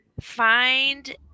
find